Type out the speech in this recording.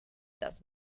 does